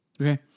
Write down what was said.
Okay